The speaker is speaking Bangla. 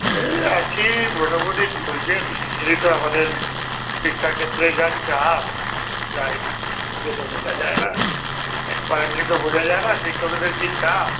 এই আছি মোটামোটি চলছে দেখছেনই তো আমাদের শিক্ষাক্ষেত্রে যা চাপ তাই সে তো বোঝা যায় না অ্যাপারেন্টলি তো বোঝা যায় না শিক্ষকদের কি চাপ